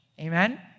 Amen